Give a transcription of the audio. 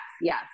yes